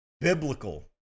biblical